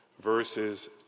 verses